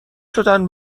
شدن